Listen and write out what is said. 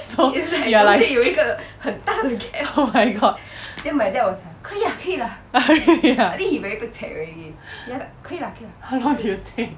so you're like oh my god how long did you take